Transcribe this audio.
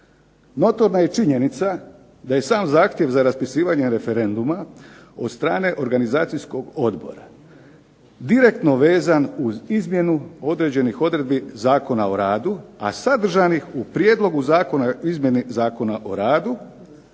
Notorna je činjenica da je sam zahtjev za raspisivanje referenduma od strane organizacijskog odbora direktno vezan uz izmjenu određenih odredbi Zakona o radu, a sadržanih u prijedlogu Zakona o izmjeni Zakona o radu,